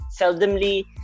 Seldomly